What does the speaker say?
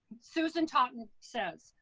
susan totten says,